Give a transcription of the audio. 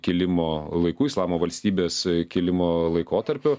kilimo laikų islamo valstybės kilimo laikotarpiu